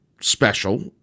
special